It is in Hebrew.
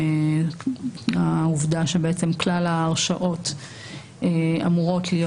העובדה שבעצם כלל ההרשעות אמורות להיות